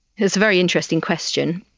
it's a very interesting question.